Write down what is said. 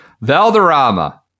valderrama